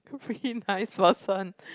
really nice person